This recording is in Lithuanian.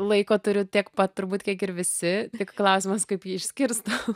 laiko turiu tiek pat turbūt kiek ir visi tik klausimas kaip jį išskirstau